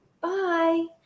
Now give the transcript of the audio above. Bye